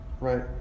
right